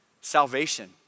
salvation